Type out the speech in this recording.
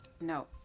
No